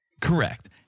Correct